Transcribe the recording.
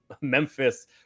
Memphis